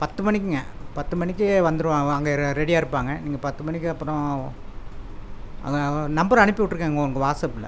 பத்து மணிக்குங்க பத்து மணிக்கு வந்துடுவான் அவன் அங்கே ரெ ரெடியாக இருப்பாங்க நீங்கள் பத்து மணிக்கு அப்புறம் அங்கே அவன் நம்பர் அனுப்பிவுட்ருக்கங்க உங்கள் வாட்ஸ்அபில்